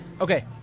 Okay